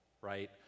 right